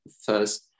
first